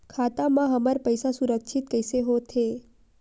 खाता मा हमर पईसा सुरक्षित कइसे हो थे?